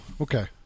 okay